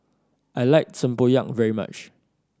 I like tempoyak very much